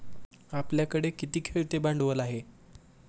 आपल्याकडे किती खेळते भांडवल आहे?